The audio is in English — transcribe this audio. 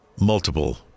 Multiple